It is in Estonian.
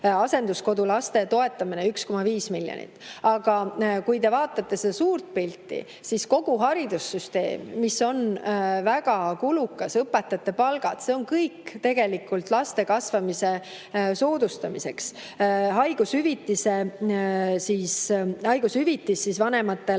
asenduskodulaste toetamine – 1,5 miljonit. Aga kui te vaatate suurt pilti, siis kogu haridussüsteem, mis on väga kulukas, õpetajate palk – see on kõik tegelikult laste kasvamise soodustamiseks. Haigushüvitis vanematele,